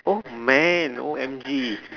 oh man O M G